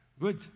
Good